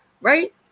right